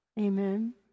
Amen